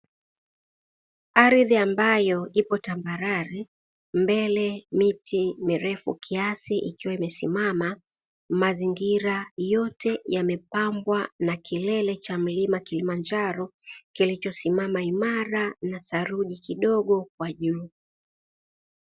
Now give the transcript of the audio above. Ardhi ambayo ipo tambarare, mbele miti mirefu kiasi ikiwa imesimama. Mazingira yote yamepambwa na kilele cha mlima Kilimanjaro kilichosimama imara na theluji kidogo kwa juu.